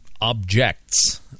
objects